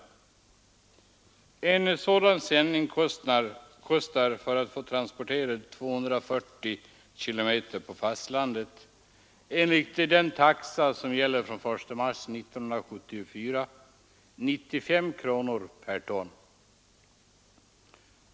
När en sådan sändning transporteras 240 km på fastlandet kostar det, enligt den taxa som gäller från den 1 mars 1974, 95 kronor per ton.